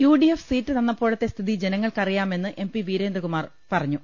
U D F seat തന്നപ്പോഴത്തെ സ്ഥിതി ജനങ്ങൾക്കറിയാ മെന്ന് എം പി വീരേന്ദ്രകുമാർ പ്രതികരിച്ചു